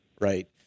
right